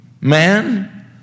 Man